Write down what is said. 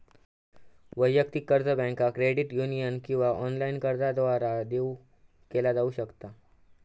वैयक्तिक कर्ज बँका, क्रेडिट युनियन किंवा ऑनलाइन कर्जदारांद्वारा देऊ केला जाऊ शकता